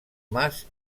mas